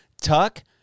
tuck